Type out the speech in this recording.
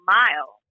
mile